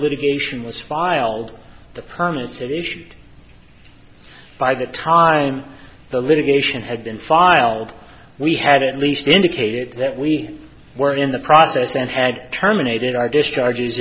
litigation was filed the permits it issued by the time the litigation had been filed we had at least indicated that we were in the process and had terminated our discharges